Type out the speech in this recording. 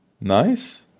nice